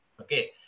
Okay